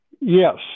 Yes